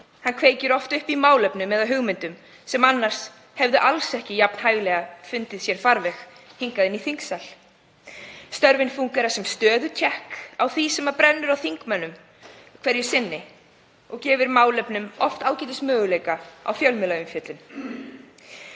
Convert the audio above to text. Hann kveikir oft upp í málefnum eða hugmyndum sem annars hefðu alls ekki jafn hæglega fundið sér farveg hingað inn í þingsal. Störfin fúnkera sem stöðutékk á því sem brennur á þingmönnum hverju sinni og gefa málefnum oft ágætismöguleika á fjölmiðlaumfjöllun.